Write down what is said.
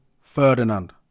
Ferdinand